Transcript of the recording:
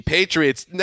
Patriots